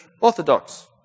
Orthodox